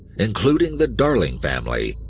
including the darling family,